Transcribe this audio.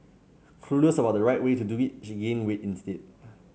clueless about the right way to do it she gained weight instead